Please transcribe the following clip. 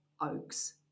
oaks